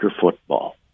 football